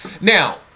Now